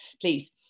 please